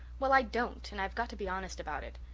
well, i don't, and i've got to be honest about it.